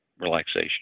relaxation